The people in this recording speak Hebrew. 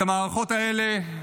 את המערכות האלה,